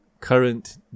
current